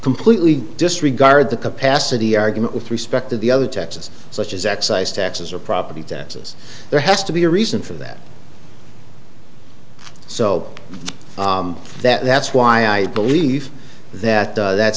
completely disregard the capacity argument with respect to the other taxes such as excise taxes or property taxes there has to be a reason for that so that's why i believe that that